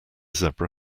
zebra